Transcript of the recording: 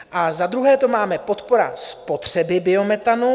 A za druhé to máme podpora spotřeby biometanu.